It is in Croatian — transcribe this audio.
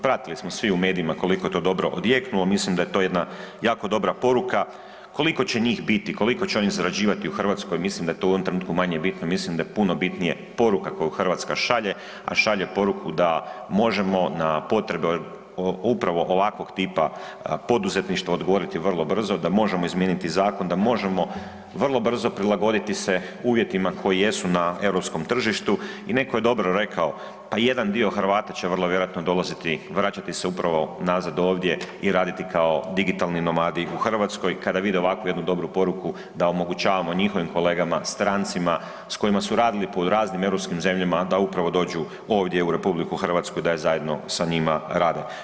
Pratili smo svi u medijima koliko to dobro je odjeknulo, mislim da je to jedna jako dobra poruka, koliko će njih biti, koliko će oni zarađivati u Hrvatskoj, mislim da je to u ovom trenutku manje bitno, mislim da je puno bitnije poruka koju Hrvatska šalje a šalje poruku da možemo na potrebe upravo ovakvog tipka poduzetništva odgovoriti vrlo brzo, da možemo izmijeniti zakon, da možemo vrlo brzo prilagoditi se uvjetima koji jesu na europskom tržištu i netko je dobro rekao, pa jedan dio Hrvata će vrlo vjerojatno dolaziti, vraćati se upravo nazad ovdje i raditi kao digitalni nomadi u Hrvatskoj kada vide ovakvu jednu dobru poruku da omogućavamo njihovim kolegama, strancima s kojima su radili po raznim europskim zemljama, da upravo dođu u RH i da zajedno sa njima rade.